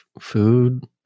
food